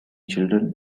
children